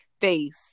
face